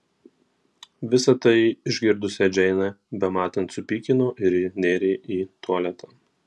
visa tai išgirdusią džeinę bematant supykino ir ji nėrė į tualetą